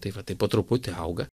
tai va taip po truputį auga